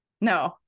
No